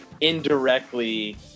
indirectly